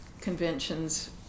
conventions